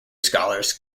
scholars